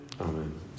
Amen